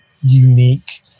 unique